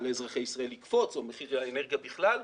לאזרחי ישראל יקפוץ או מחיר האנרגיה בכלל,